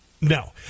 No